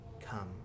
come